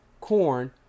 corn